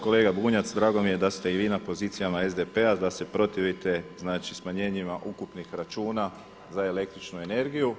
Kolega Bunjac, drago mi je da ste i vi na pozicijama SDP-a da se protivite smanjenjima ukupnih računa za električnu energiju.